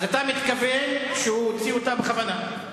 אז אתה מתכוון שהוא הוציא אותה בכוונה.